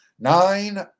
Nine